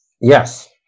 Yes